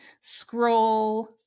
scroll